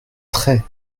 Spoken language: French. très